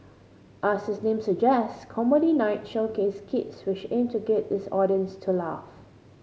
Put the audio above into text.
as its name suggest Comedy Night showcased skits which aimed to get its audience to laugh